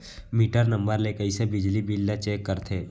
Metre number ले कइसे बिजली बिल ल चेक करथे?